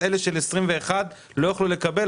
אלה של 21' לא יוכלו לקבל.